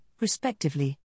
respectively